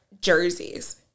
jerseys